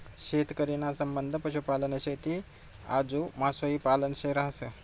शेतकरी ना संबंध पशुपालन, शेती आजू मासोई पालन शे रहास